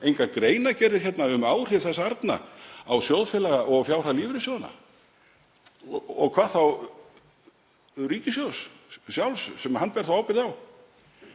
engar greinargerðir um áhrif þess arna á sjóðfélaga og fjárhag lífeyrissjóðanna og hvað þá ríkissjóðs sjálfs sem hann ber ábyrgð á.